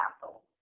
Castle